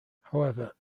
however